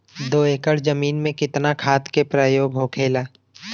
दो एकड़ जमीन में कितना खाद के प्रयोग होखेला?